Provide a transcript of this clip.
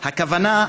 הכוונה,